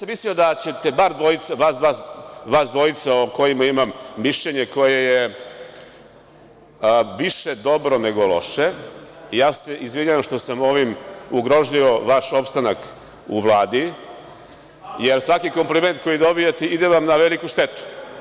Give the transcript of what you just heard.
Mislio sam da ćete bar vas dvojica, o kojima imam mišljenje koje je više dobro nego loše, ja se izvinjavam što sam ovim ugrozio vaš opstanak u Vladi, jer svaki kompliment koji dobijete ide vam na veliku štetu.